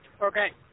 Okay